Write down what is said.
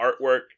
artwork